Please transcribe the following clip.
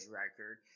record